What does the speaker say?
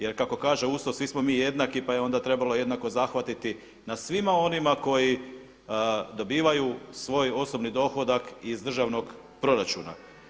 Jer kako kaže Ustav svi smo mi jednaki, pa je onda trebalo jednako zahvatiti na svima onima koji dobivaju svoj osobni dohodak iz državnog proračuna.